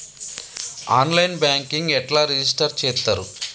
On line banking ఎట్లా register చేత్తరు?